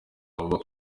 vuba